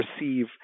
receive